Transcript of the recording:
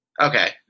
Okay